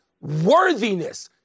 worthiness